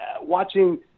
watching